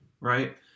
right